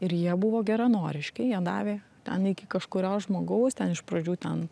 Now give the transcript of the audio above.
ir jie buvo geranoriški jie davė ten iki kažkurio žmogaus ten iš pradžių ten